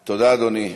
תודה, אדוני.